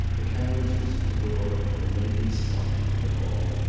the carriage was at the door, and the ladies flocked into the hall,